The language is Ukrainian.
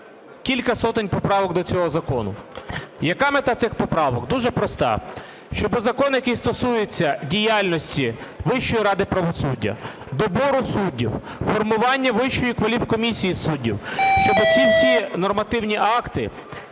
кілька сотень поправок до цього закону. Яка мета цих поправок? Дуже проста. Щоби закон, який стосується діяльності Вищої ради правосуддя, добору суддів, формування Вищої кваліфкомісії суддів, щоб ці всі нормативні акти